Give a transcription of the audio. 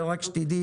זה רק שתדעי,